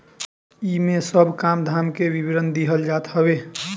इमे सब काम धाम के विवरण देहल जात हवे